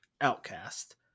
outcast